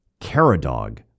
Caradog